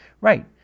Right